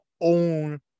own